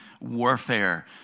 warfare